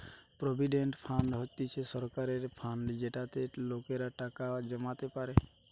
provident fund হতিছে সরকারের fund যেটাতে লোকেরা টাকা জমাতে পারে